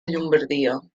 llombardia